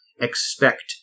expect